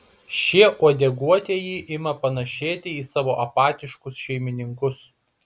šie uodeguotieji ima panašėti į savo apatiškus šeimininkus